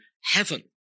heaven